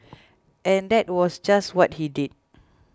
and that was just what he did